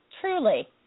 Truly